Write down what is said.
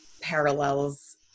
parallels